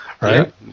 right